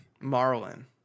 Marlin